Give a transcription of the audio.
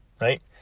Right